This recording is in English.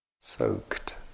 soaked